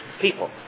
people